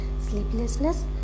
Sleeplessness